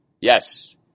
Yes